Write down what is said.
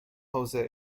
jose